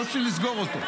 לא לסגור אותו.